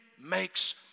makes